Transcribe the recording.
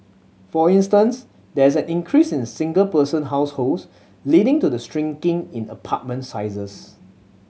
for instance there is an increase in single person households leading to the shrinking in apartment sizes